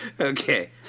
okay